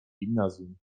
gimnazjum